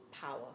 power